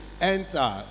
enter